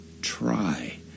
try